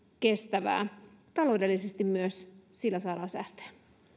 kestävää myös taloudellisesti sillä saadaan säästöä